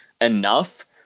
enough